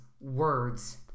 words